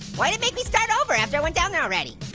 why'd it make me start over after i went down there already?